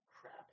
crap